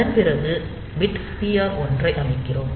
அதன் பிறகு bit TR 1 ஐ அமைக்கிறோம்